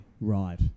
right